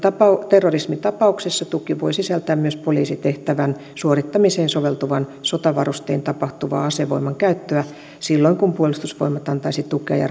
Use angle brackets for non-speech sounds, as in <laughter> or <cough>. terrorismitapauksissa tuki voi sisältää myös poliisitehtävän suorittamiseen soveltuvan sotavarustein tapahtuvaa asevoiman käyttöä silloin kun puolustusvoimat antaisi tukea ja <unintelligible>